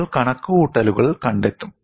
നമ്മൾ കണക്കുകൂട്ടലുകൾ കണ്ടെത്തും